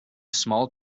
small